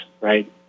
right